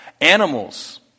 animals